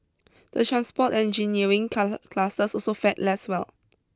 the transport engineering cluster also fared less well